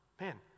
man